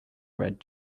red